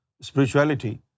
spirituality